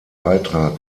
beitrag